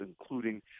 including